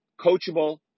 coachable